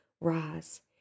rise